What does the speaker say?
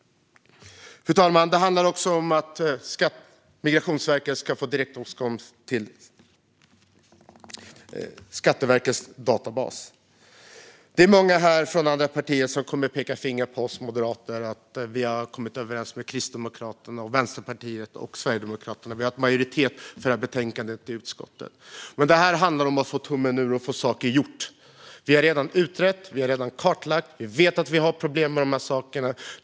Fru talman! Det handlar också om att Migrationsverket ska få direktåtkomst till Skatteverkets databas. Det är många här från andra partier som kommer att peka finger mot oss moderater för att vi har kommit överens med Kristdemokraterna, Vänsterpartiet och Sverigedemokraterna. Vi har fått majoritet för det här betänkandet i utskottet. Här handlar det om att få tummen ur och få saker gjorda. Vi har redan utrett och kartlagt, och vi vet att vi har problem med de här sakerna.